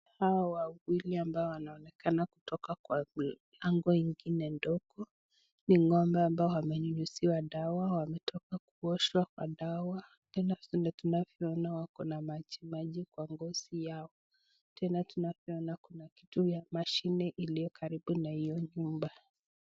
Hawa wawili ambao wanaonekana kutoka kwa mlango ingine ndogo ni ng'ombe ambao wamenyunyuziwa dawa wametoka kuoshwa kwa dawa tena tunavyoona wako na maji maji kwa ngozi yao, tena tunavyoona kuna kitu ya mashine iliyokaribu na hiyo nyumba.